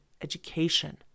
education